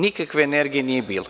Nikakve energije nije bilo.